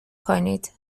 کنید